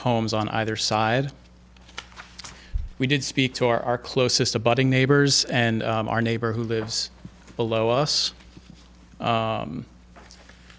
homes on either side we did speak to our closest abutting neighbors and our neighbor who lives below us